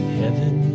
heaven